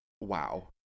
Wow